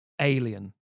alien